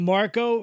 Marco